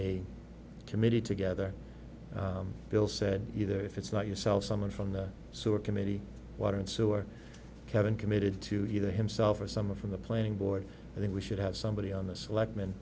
a committee together bill said either if it's not yourself someone from the super committee water and sewer kevin committed to either himself or someone from the planning board i think we should have somebody on the selectmen